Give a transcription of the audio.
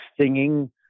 singing